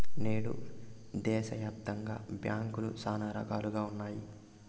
నేడు దేశాయాప్తంగా బ్యాంకులు శానా రకాలుగా ఉన్నాయి